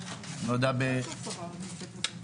אני לא יודע באיזה כובע לדבר פה,